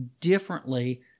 differently